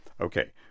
Okay